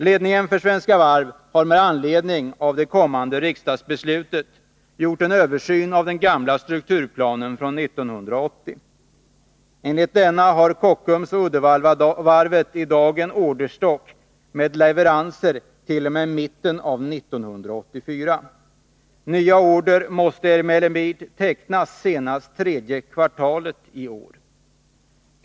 Ledningen för Svenska Varv har med anledning av det kommande riksdagsbeslutet gjort en översyn av den gamla strukturplanen från 1980. Enligt denna har Kockums och Uddevallavarvet i dag en orderstock med leveransert.o.m. mitten av 1984. Nya order måste emellertid tecknas senast tredje kvartalet i år.